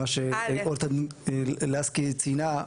מה שלסקי ציינה,